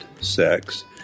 sex